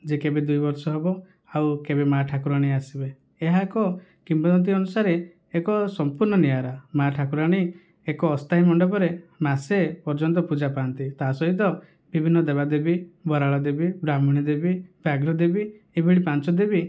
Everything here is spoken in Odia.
ଯେ କେବେ ଦୁଇ ବର୍ଷ ହେବ ଆଉ କେବେ ମା ଠାକୁରାଣୀ ଆସିବେ ଏହା ଏକ କିମ୍ବଦନ୍ତୀ ଅନୁସାରେ ଏକ ସମ୍ପୂର୍ଣ୍ଣ ନିଆରା ମା ଠାକୁରାଣୀ ଏକ ଅସ୍ଥାୟୀ ମଣ୍ଡପରେ ମାସେ ପର୍ଯ୍ୟନ୍ତ ପୂଜା ପାଆନ୍ତି ତା ସହିତ ବିଭିନ୍ନ ଦେବାଦେବୀ ବରାଳଦେବୀ ବ୍ରାହ୍ମଣୀ ଦେବୀ ବ୍ୟାଘ୍ର ଦେବୀ ଏଭଳି ପାଞ୍ଚ ଦେବୀ